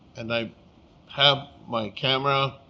and i have my camera